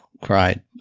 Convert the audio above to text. cried